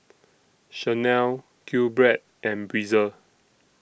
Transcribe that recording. Chanel Q Bread and Breezer